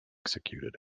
executed